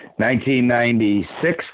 1996